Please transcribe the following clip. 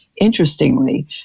Interestingly